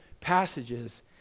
passages